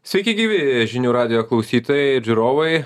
sveiki gyvi žinių radijo klausytojai ir žiūrovai